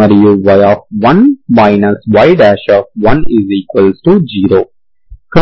మరియు y1 y10